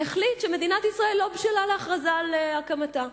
החליט שמדינת ישראל לא בשלה להכרזה על הקמתה.